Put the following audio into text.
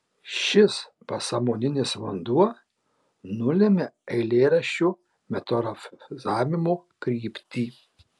šis pasąmoninis vanduo nulemia eilėraščio metaforizavimo kryptį